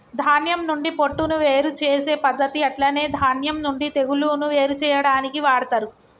ధాన్యం నుండి పొట్టును వేరు చేసే పద్దతి అట్లనే ధాన్యం నుండి తెగులును వేరు చేయాడానికి వాడతరు